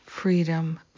freedom